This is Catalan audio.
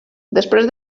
després